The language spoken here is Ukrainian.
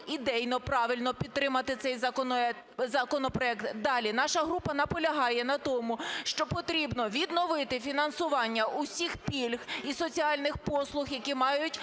ідейно правильно підтримати цей законопроект. Далі, наша група наполягає на тому, що потрібно відновити фінансування усіх пільг і соціальних послуг, які мають